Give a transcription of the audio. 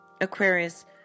Aquarius